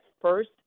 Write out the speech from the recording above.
first